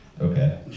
Okay